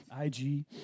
IG